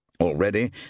Already